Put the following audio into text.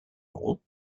all